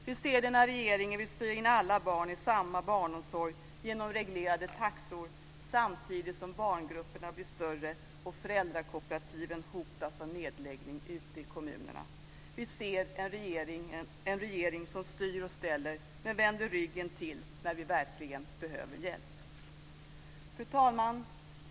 Vi ser det när regeringen vill styra in alla barn i samma barnomsorg genom reglerade taxor, samtidigt som barngrupperna blir större och föräldrakooperativen hotas av nedläggning ute i kommunerna. Vi ser en regering som styr och ställer, men som vänder ryggen till när vi verkligen behöver hjälp. Fru talman!